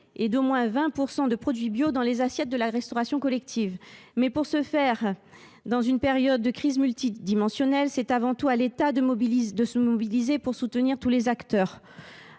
et de qualité et 20 % de produits bio dans les assiettes dans la restauration collective. Pour ce faire, dans une période de crise multidimensionnelle, il revient avant tout à l’État de se mobiliser pour soutenir tous les acteurs,